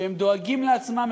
הם דואגים לעצמם,